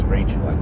Rachel